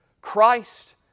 Christ